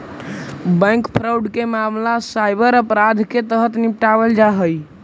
bank fraud के मामला cyber अपराध के तहत निपटावल जा हइ